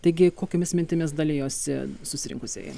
taigi kokiomis mintimis dalijosi susirinkusieji